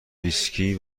ویسکی